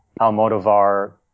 Almodovar